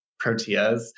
proteas